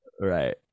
Right